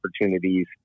opportunities